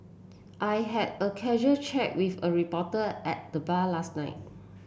I had a casual chat with a reporter at the bar last night